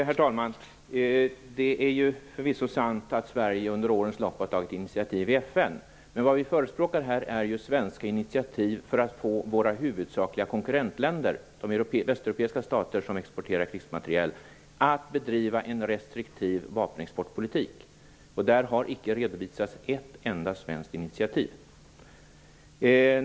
Herr talman! Det är förvisso sant att Sverige under årens lopp har tagit initiativ i FN. Men vad vi förespråkar här är svenska initiativ för att få våra huvudsakliga konkurrentländer, de östeuropeiska stater som exporterar krigsmateriel, att bedriva en restriktiv vapenexportpolitik. Där har icke redovisats ett enda svenskt initiativ.